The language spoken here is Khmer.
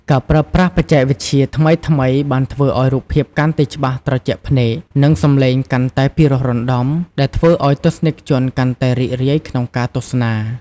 ការប្រើប្រាស់បច្ចេកវិទ្យាថ្មីៗបានធ្វើឱ្យរូបភាពកាន់តែច្បាស់ត្រជាក់ភ្នែក និងសំឡេងកាន់តែពីរោះរណ្ដំ ដែលធ្វើឱ្យទស្សនិកជនកាន់តែរីករាយក្នុងការទស្សនា។